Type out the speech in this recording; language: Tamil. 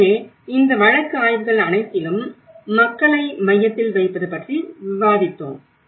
எனவே இந்த வழக்கு ஆய்வுகள் அனைத்திலும் மக்களை மையத்தில் வைப்பது பற்றி விவாதித்தோம்